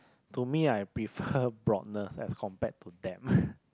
to me I prefer broadness as compared to depth